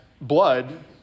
blood